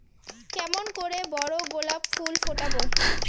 কেমন করে বড় গোলাপ ফুল ফোটাব?